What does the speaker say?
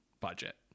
budget